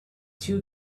two